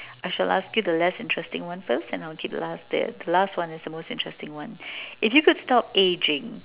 I shall ask you the less interesting one first and I will keep the last the last one is the most interesting one if you could stop ageing